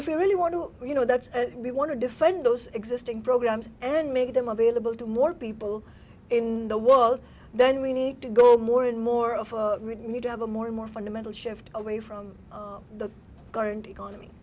you really want to you know that we want to defend those existing programs and make them available to more people in the world then we need to go more and more of a need to have a more and more fundamental shift away from the current economy